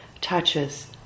touches